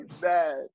bad